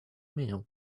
meal